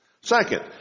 Second